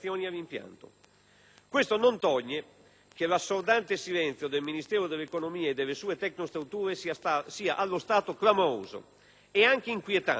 Questo non toglie che l'assordante silenzio del Ministero dell'economia e delle sue tecnostrutture sia allo stato clamoroso e, se posso dire,